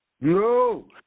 No